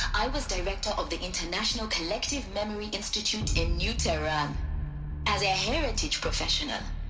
i was director of the international collective memory institute in new tehran as a heritage professional.